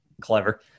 clever